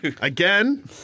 again